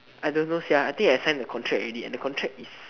I don't know sia I think I signed the contract already and the contract is